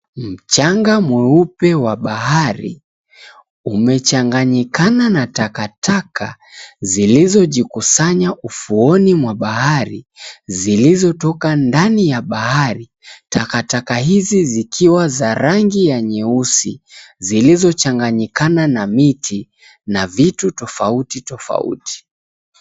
Mchanga mweupe wa bahari umechanganyikana na takataka zilizo jikusanya ufuoni mwa bahari, zilizotoka ndani ya bahari. Takataka hizi zikiwa 𝑧𝑎 rangi ya nyeusi, zilizochanganyikana na miti na vitu tofauti tofauti.